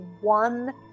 one